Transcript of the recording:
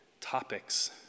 topics